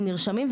הם נרשמים,